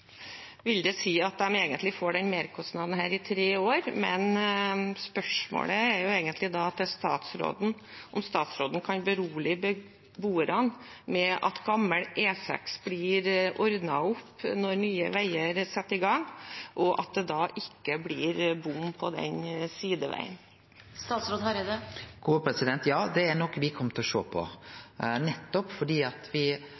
Det vil si at de egentlig får denne merkostnaden i tre år. Spørsmålet til statsråden er da: Kan statsråden berolige beboerne med at gammel E6 blir ordnet når Nye Veier setter i gang, og at det da ikke blir bom på den sideveien? Ja, det er noko me kjem til å sjå på, for me ser at